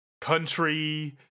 country